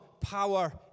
power